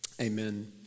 amen